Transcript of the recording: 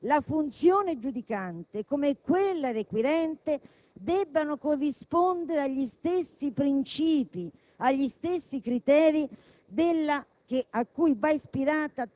che si tratta, per la funzione giudicante, come per quella requirente, di due carriere distinte. Riteniamo,